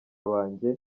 banjye